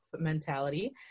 mentality